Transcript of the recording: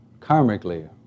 karmically